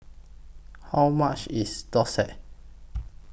How much IS Thosai